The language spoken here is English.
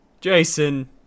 Jason